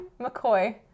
McCoy